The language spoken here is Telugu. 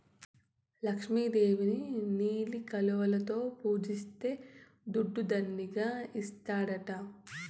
లక్ష్మి దేవిని నీలి కలువలలో పూజిస్తే దుడ్డు దండిగా ఇస్తాడట